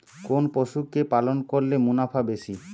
কোন পশু কে পালন করলে মুনাফা বেশি?